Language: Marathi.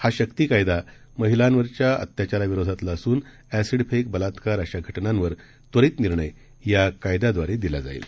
हा शक्ती कायदा महिलांच्या अत्याचार विरोधातील असून असिडफेक बलात्कार अशा घटनांवर त्वरित निर्णय या कायद्याद्वारे देण्यात येईल